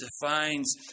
defines